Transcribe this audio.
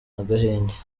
agahenge